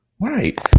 Right